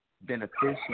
beneficial